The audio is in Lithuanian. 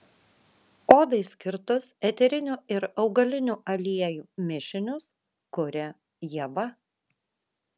odai skirtus eterinių ir augalinių aliejų mišinius kuria ieva